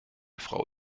frau